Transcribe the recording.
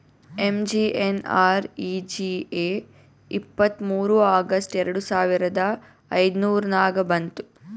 MGNREGA ಇಪ್ಪತ್ತ್ಮೂರ್ August ಎರಡು ಸಾವಿರದ ಐಯ್ದುರ್ನಾಗ್ ಬಂತು